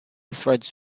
threads